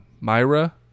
Myra